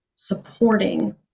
supporting